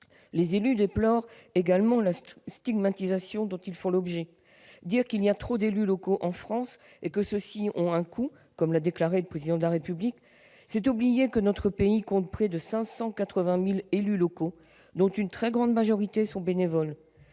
Les élus déplorent également la stigmatisation dont ils font l'objet. Dire qu'il y a trop d'élus locaux en France et que ceux-ci ont un coût, comme l'a déclaré le Président de la République, c'est oublier que notre pays compte près de 580 000 élus locaux, dont une très grande majorité de bénévoles